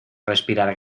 respirar